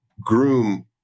groom